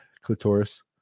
clitoris